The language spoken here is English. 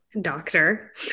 doctor